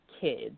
kids